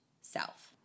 self